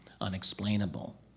unexplainable